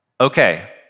okay